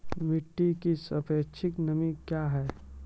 मिटी की सापेक्षिक नमी कया हैं?